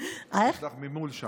יש לך ממול,